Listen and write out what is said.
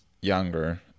younger